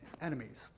enemies